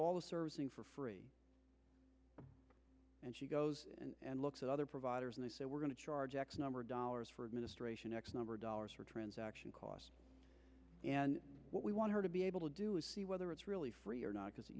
all the servicing for free and she goes and looks at other providers and they say we're going to charge x number of dollars for administration x number of dollars for transaction costs and what we want her to be able to do is see whether it's really free or not because it